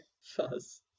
fuzz